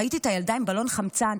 ראיתי את הילדה עם בלון חמצן,